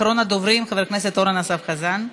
אחרון הדוברים, חבר הכנסת אורן אסף חזן.